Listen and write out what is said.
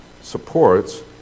supports